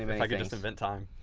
if i could just invent time,